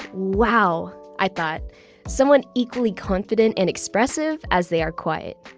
wow, i thought someone equally confident and expressive as they are quiet